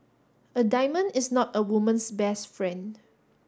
a diamond is not a woman's best friend